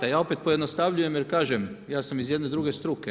Ja opet pojednostavljujem, jer kažem, ja sam iz jedne druge struke.